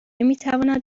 میتواند